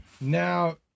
Now